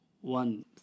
one